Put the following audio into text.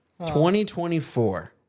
2024